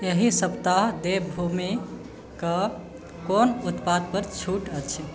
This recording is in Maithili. एहि सप्ताह देवभूमि कऽ कोन उत्पादपर छूट अछि